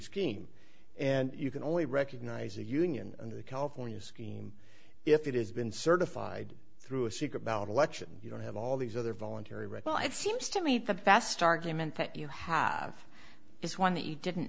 scheme and you can only recognize a union under the california scheme if it has been certified through a secret ballot election you don't have all these other voluntary recall it seems to me the best argument that you have is one that you didn't